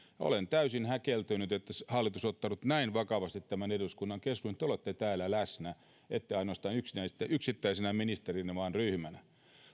olen täysin häkeltynyt että hallitus on ottanut näin vakavasti tämän eduskunnan keskustelun te olette täällä läsnä ette ainoastaan yksittäisenä ministerinä vaan ryhmänä